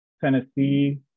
Tennessee